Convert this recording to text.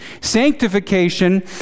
Sanctification